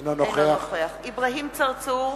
אינו נוכח אברהים צרצור,